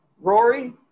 Rory